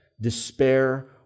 despair